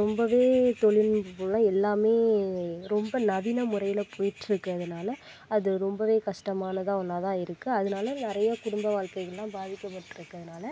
ரொம்பவே தொழில்நுட்பம் இல்லை எல்லாமே ரொம்ப நவீன முறையில் போய்ட்டு இருக்கிறதுனால அது ரொம்பவே கஷ்டமானதாக ஒன்றாதான் இருக்குது அதனால நிறைய குடும்ப வாழ்க்கைகள்லாம் பாதிக்கப்பட்டிருக்குறதுனால